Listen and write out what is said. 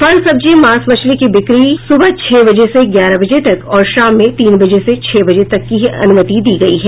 फल सब्जी मांस मछली की बिक्री को सुबह छह बजे से ग्यारह बजे तक और शाम में तीन बजे से छह बजे तक ही अनुमति दी गयी है